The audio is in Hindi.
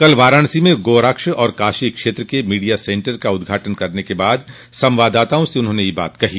कल वाराणसी में गोरक्ष और काशी क्षेत्र के मीडिया सेन्टर का उद्घाटन करने के बाद संवाददाताओं से उन्होंने यह बात कही